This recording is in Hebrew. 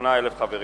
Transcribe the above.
28,000 חברים.